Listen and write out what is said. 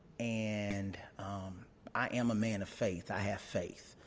and um i am a man of faith. i have faith